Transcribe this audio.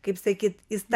kaip sakyt įsta